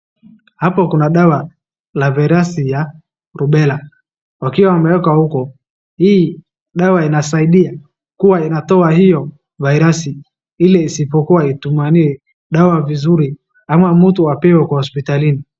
Hapo kuna dawa la vairasi ya rubela, wakiwa wameweka huko, hii dawa inasaidia kuwa inatoa hiyo vairasi ili isipokuwa itumanie dawa vizuri ama mtu apewe kwa hospitalini.